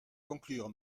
conclure